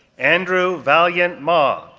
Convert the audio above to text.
andrew valiant mah,